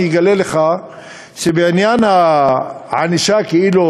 אני אגלה לך שבעניין הענישה כאילו,